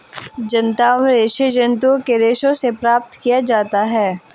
जांतव रेशे जंतुओं के रेशों से प्राप्त किया जाता है